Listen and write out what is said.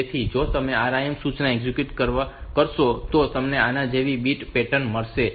તેથી જો તમે RIM સૂચના એક્ઝિક્યુટ કરશો તો તમને આના જેવી બીટ પેટર્ન મળશે કારણ કે આ 5